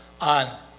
on